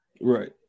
Right